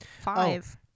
five